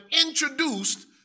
introduced